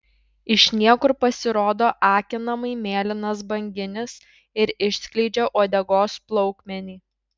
iš niekur pasirodo akinamai mėlynas banginis ir išskleidžia uodegos plaukmenį